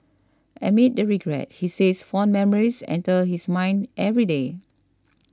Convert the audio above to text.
amid the regret he says fond memories enter his mind every day